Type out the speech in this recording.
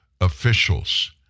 officials